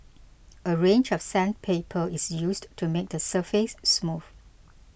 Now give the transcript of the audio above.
a range of sandpaper is used to make the surface smooth